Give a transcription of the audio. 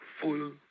full